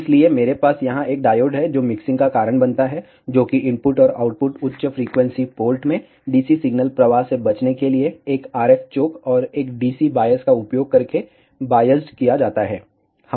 इसलिए मेरे पास यहां एक डायोड है जो मिक्सिंग का कारण बनता है जो कि इनपुट और आउटपुट उच्च फ्रीक्वेंसी पोर्ट में DC सिग्नल प्रवाह से बचने के लिए एक RF चोक और एक DC बायस का उपयोग करके बायस्ड किया जाता है